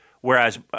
whereas